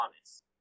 honest